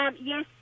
Yes